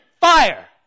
fire